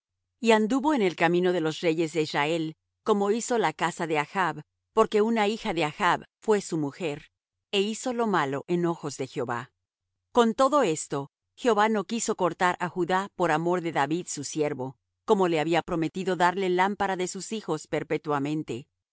y anduvo en el camino de los reyes de israel como hizo la casa de achb porque una hija de achb fué su mujer é hizo lo malo en ojos de jehová con todo eso jehová no quiso cortar á judá por amor de david su siervo como le había prometido darle lámpara de sus hijos perpetuamente